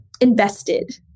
invested